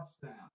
Touchdown